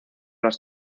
las